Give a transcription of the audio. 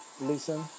listen